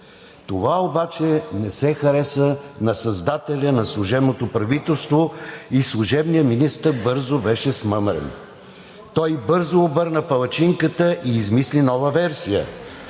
Това обаче не се хареса на създателя на служебното правителство и служебният министър бързо беше смъмрен. Той бързо обърна палачинката и измисли нова версия